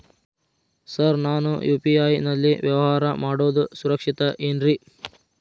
Sir ನಾನು UPI ನಲ್ಲಿ ವ್ಯವಹಾರ ಮಾಡೋದು ಸುರಕ್ಷಿತ ಏನ್ರಿ?